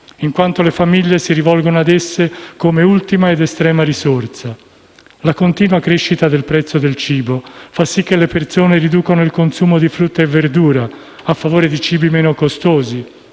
che le famiglie si rivolgono a esse come ultima ed estrema risorsa. La continua crescita del prezzo del cibo fa sì che le persone riducano il consumo di frutta e verdura a favore di cibi meno costosi